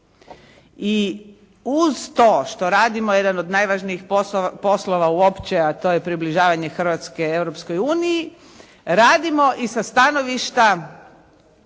I uz to što radimo jedan od najvažnijih poslova uopće a to je približavanje Hrvatske Europskoj uniji radimo i sa stanovišta